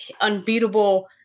unbeatable